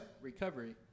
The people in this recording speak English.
Recovery